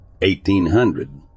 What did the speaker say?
1800